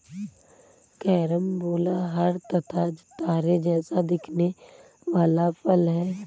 carambola हरा तथा तारे जैसा दिखने वाला फल है